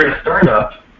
startup